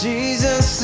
Jesus